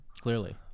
Clearly